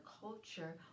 culture